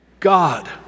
God